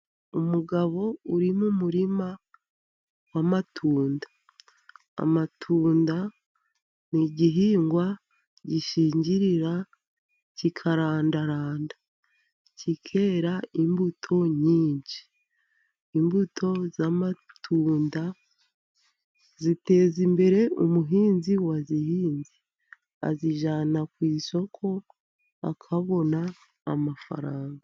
Umugabo uri mu umurima w'amatunda. Amatunda ni igihingwa gishingirira kikarandaranda, kikera imbuto nyinshi. Imbuto z'amatunda ziteza imbere umuhinzi wazihinze. Azijyana ku isoko, akabona amafaranga.